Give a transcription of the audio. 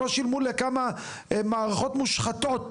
לא שילמו לכמה מערכות מושחתות,